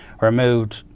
removed